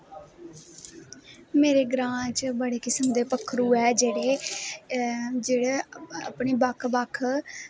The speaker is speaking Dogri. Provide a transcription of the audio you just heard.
मेरे ग्रां च बडे किस्म दे पक्खरु ऐ जेहडे़ अपनी बक्ख बक्ख